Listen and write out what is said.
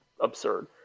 absurd